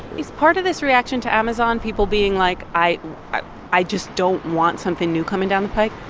is part of this reaction to amazon people being like, i i just don't want something new coming down the pike?